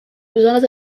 besonders